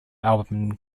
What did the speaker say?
album